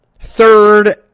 third